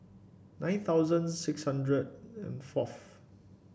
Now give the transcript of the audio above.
nine thousand six hundred and fourth